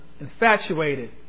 infatuated